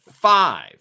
Five